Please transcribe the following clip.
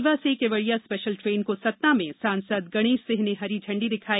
रीवा से Kevadia special train को सतना में सांसद गणेश सिंह ने हरी झंडी दिखाई